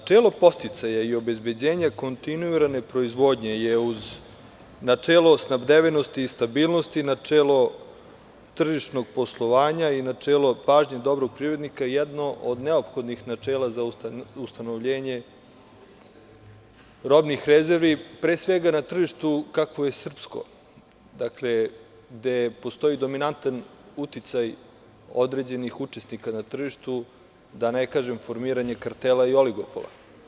Načelo podsticaja i obezbeđenja kontinuirane proizvodnje je, uz načelo snabdevenosti i stabilnosti, načelo tržišnog poslovanja i načelo pažnje dobrog privrednika, jedno od neophodnih načela za ustanovljenje robnih rezervi, pre svega na tržištu kakvo je srpsko, gde postoji dominantan uticaj određenih učesnika na tržištu, da ne kažem – formiranje kartela i oligopola.